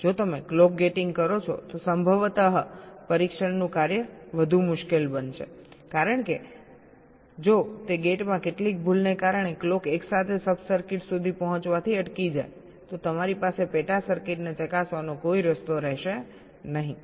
જો તમે clock gating કરો છો તો સંભવત પરીક્ષણનું કાર્ય વધુ મુશ્કેલ બનશેકારણ કે જો તે ગેટમાં કેટલીક ભૂલને કારણે ક્લોક એકસાથે સબ સર્કિટ સુધી પહોંચવાથી અટકી જાય તો મારી પાસે પેટા સર્કિટને ચકાસવાનો કોઈ રસ્તો રહેશે નહીં